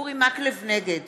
נגד